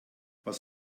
was